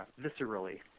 viscerally